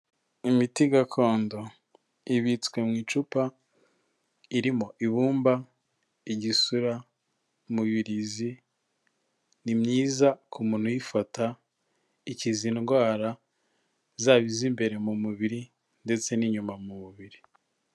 Imiti gakondo ibitswe mu icupa, irimo ibumba, igisura, umubirizi ni myiza ku muntu uyifata, ikiza indwara zaba iz'imbere mu mubiri ndetse n'inyuma mu mubiri.